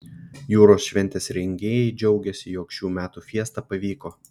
jūros šventės rengėjai džiaugiasi jog šių metų fiesta pavyko